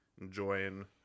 enjoying